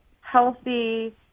healthy